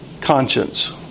conscience